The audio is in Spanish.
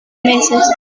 meses